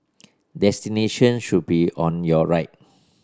destination should be on your right